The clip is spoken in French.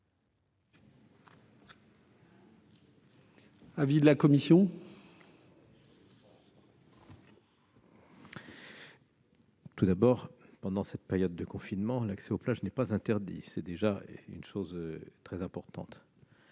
l'avis de la commission ? Tout d'abord, pendant cette période de confinement, l'accès aux plages n'est pas interdit ; c'est très important.